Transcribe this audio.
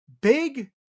big